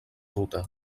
ruta